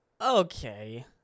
okay